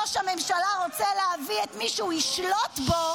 זה שראש הממשלה רוצה להביא את מי שהוא ישלוט בו,